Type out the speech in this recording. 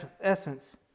essence